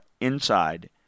inside